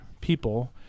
people